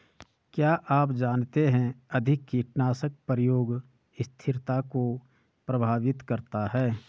क्या आप जानते है अधिक कीटनाशक प्रयोग स्थिरता को प्रभावित करता है?